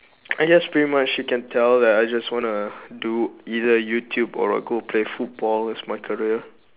I guess pretty much you can tell that I just wanna do either YouTube or I go play football as my career